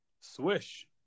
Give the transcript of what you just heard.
Swish